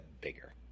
bigger